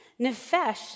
nefesh